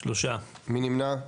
3 נמנעים,